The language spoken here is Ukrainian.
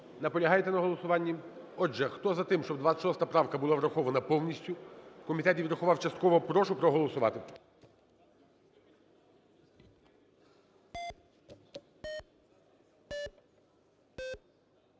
Наполягаєте на голосуванні? Отже, хто за тим, щоб 26 правка була врахована повністю, комітет її врахував частково, прошу проголосувати.